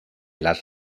las